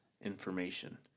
information